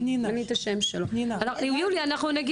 פנינה, אולי אני אתן סקירה.